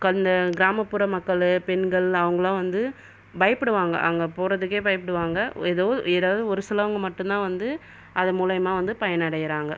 கல் இந்த கிராமபபுற மக்களும் பெண்கள் அவங்கள்லாம்வந்து பயப்பிடுவாங்க அங்கே போறத்துக்கே பயப்பிடுவாங்க ஏதோ ஒரு ஏதாவது ஒரு சிலவங்க மட்டும் தான் வந்து அது மூலியமா வந்து பயன் அடைகிறாங்க